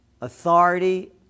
authority